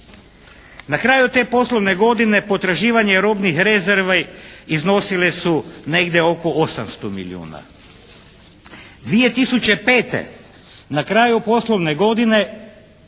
Na kraju te poslovne godine potraživanje robnih rezervi iznosile su negdje oko 800 milijuna kuna. 2005. na kraju poslovne godine